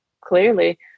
Clearly